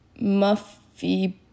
Muffy